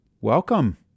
welcome